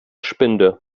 spinde